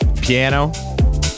piano